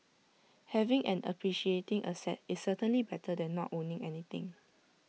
having an appreciating asset is certainly better than not owning anything